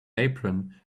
apron